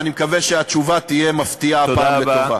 ואני מקווה שהתשובה תהיה הפעם מפתיעה לטובה.